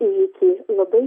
įvykį labai